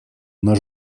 нас